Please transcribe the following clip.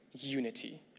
unity